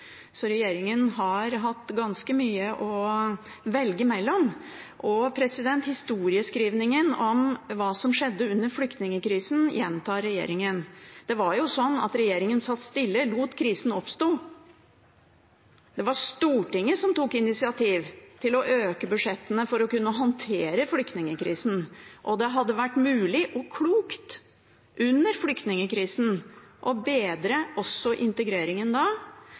Så regjeringen har hatt ganske mye å velge mellom. Historieskrivningen om hva som skjedde under flyktningkrisen, gjentar regjeringen. Det var sånn at regjeringen satt stille og lot krisen oppstå. Det var Stortinget som tok initiativ til å øke budsjettene for å kunne håndtere flyktningkrisen. Det hadde vært mulig og klokt under flyktningkrisen å bedre også integreringen da.